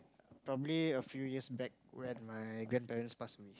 probably a few years back when my grandparents passed away